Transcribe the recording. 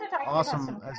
awesome